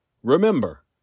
Remember